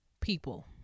people